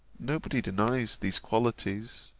nobody denies these qualities.